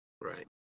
Right